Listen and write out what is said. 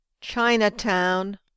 Chinatown